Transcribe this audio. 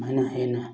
ꯁꯨꯃꯥꯏꯅ ꯍꯩꯅ